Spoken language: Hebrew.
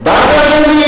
חבר הכנסת אורון,